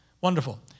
Wonderful